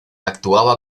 actuaba